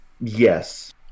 yes